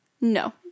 no